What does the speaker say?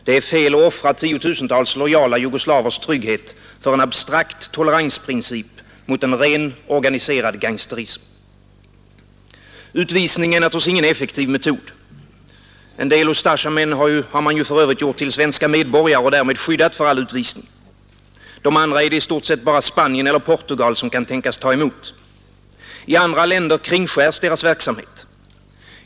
Det är fel att offra tiotusentals lojala jugoslavers trygghet för en abstrakt toleransprincip mot en ren organiserad gangsterism. Utvisning är ingen effektiv metod. En del Ustasjamän har man för övrigt gjort till svenska medborgare och därmed skyddat dem mot all utvisning. De andra är det i stort sett bara Spanien eller Portugal som kan tänkas ta emot. I andra länder kringskärs deras verksamhet.